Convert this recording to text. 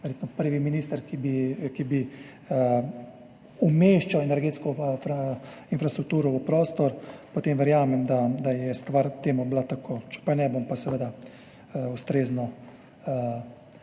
prvi minister, ki bi umeščal energetsko infrastrukturo v prostor, potem verjamem, da je stvar bila taka. Če ne, bom pa seveda ustrezno